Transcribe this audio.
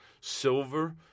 silver